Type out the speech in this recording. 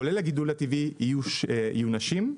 כולל הגידול הטבעי יהיו נשים.